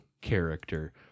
character